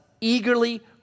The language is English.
eagerly